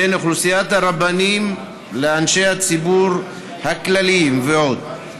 בין אוכלוסיית הרבנים לאנשי הציבור הכלליים ועוד.